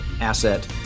asset